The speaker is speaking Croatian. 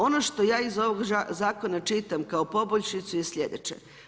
Ono što ja iz ovog zakona čitam kao poboljšicu je slijedeće.